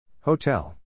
Hotel